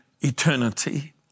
eternity